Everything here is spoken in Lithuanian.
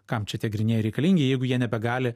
kam čia tie grynieji reikalingi jeigu jie nebegali